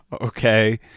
okay